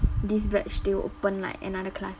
this batch they open like another class